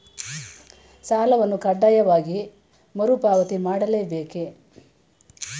ಸಾಲವನ್ನು ಕಡ್ಡಾಯವಾಗಿ ಮರುಪಾವತಿ ಮಾಡಲೇ ಬೇಕೇ?